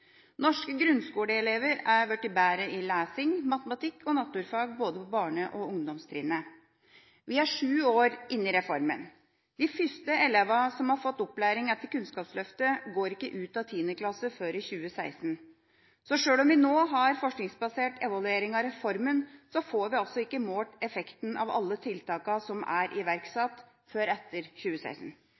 Norske grunnskoleelever er blitt bedre i lesing, matematikk og naturfag både på barne- og ungdomstrinnet. Vi er sju år inne i reformen. De første elevene som har fått opplæring etter Kunnskapsløftet, går ikke ut av 10. klasse før i 2016. Sjøl om vi nå har forskningsbasert evaluering av reformen, får vi altså ikke målt effekten av alle tiltakene som er iverksatt før etter 2016.